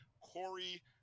Corey